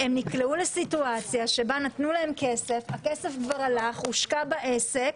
הם נקלעו למצב שבו נתנו להם כסף, הכסף הושקע בעסק